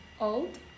old